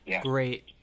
great